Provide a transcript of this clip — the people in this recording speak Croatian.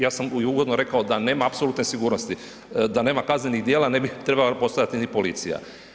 Ja sam ovdje uvodno i rekao da nema apsolutne sigurnosti, da nema kaznenih djela, ne bih trebala postojati ni policija.